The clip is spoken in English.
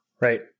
right